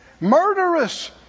murderous